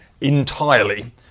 entirely